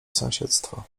sąsiedztwo